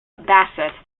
bassett